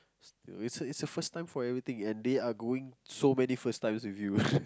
it's it's the first time for everything and they are going so many first times with you